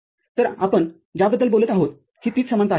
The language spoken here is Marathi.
तर आपण ज्याबद्दल बोलत आहोत ही तीच समानता आहे